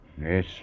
Yes